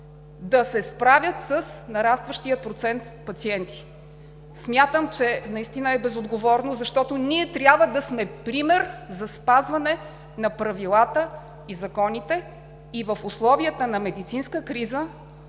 да се справят с нарастващия процент пациенти. Смятам, че наистина е безотговорно, защото ние трябва да сме пример за спазване на правилата и закона и в условията на медицинска криза.